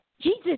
Jesus